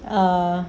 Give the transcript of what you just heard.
uh